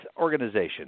organization